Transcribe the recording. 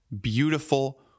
beautiful